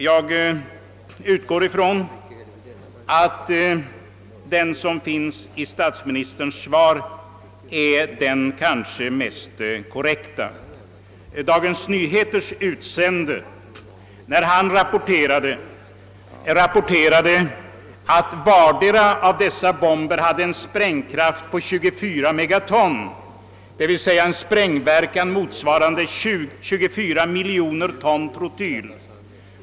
Jag utgår från att den som lämnas i statsministerns svar är den mest korrekta. Dagens Nyheters utsände rapporterade för sin del att bomberna hade en sprängkraft av 24 megaton, d.v.s. en sprängverkan motsvarande 24 miljoner ton trotyl.